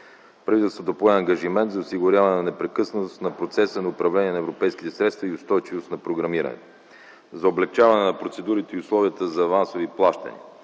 Правителството пое ангажимент за осигуряване на непрекъснатост на процеса на управление на европейските средства и устойчивост на програмиране за облекчаване на процедурите и условията за авансови плащания.